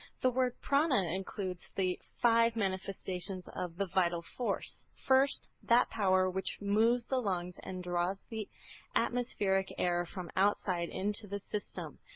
word prana includes the five manifestations of the vital force first, that power which moves the lungs and draws the atmospheric air from outside into the system.